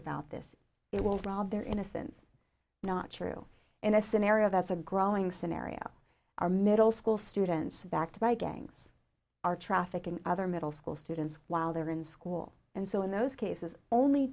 about this it will draw their innocence not true in a scenario that's a growing scenario our middle school students backed by gangs are trafficking other middle school students while they're in school and so in those cases only